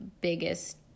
biggest